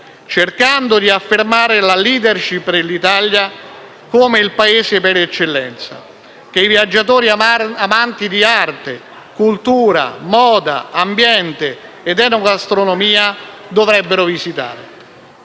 cercando di affermare la *leadership* dell'Italia come il Paese per eccellenza che i viaggiatori amanti di arte, cultura, moda, ambiente ed enogastronomia dovrebbero visitare.